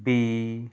B